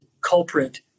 culprit